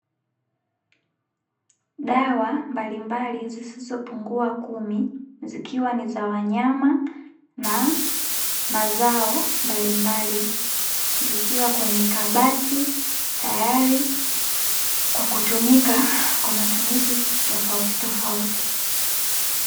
Dawa mbalimbali zisizopungua kumi zikiwa ni za wanyama na mazao mbalimbali zikiwa kwenye kabati, tayari kwa kutumika kwa matumizi tofauti tofauti.